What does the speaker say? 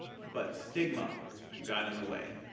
but stigma got in the way.